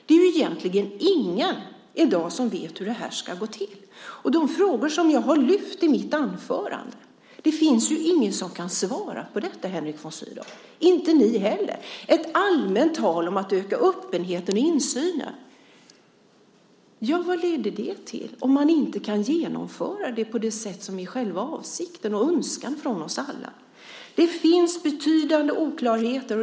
Det är ju egentligen ingen i dag som vet hur det här ska gå till. De frågor som jag lyft fram i mitt anförande finns det, Henrik von Sydow, ingen som kan svara på - inte ni heller. Till vad leder ett allmänt tal om att öka öppenheten och insynen om man inte kan genomföra det på det sätt som är själva avsikten och önskan från oss alla? Det finns betydande oklarheter.